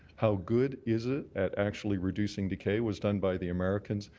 how good is it at actually reducing decay was done by the americans.